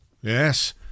Yes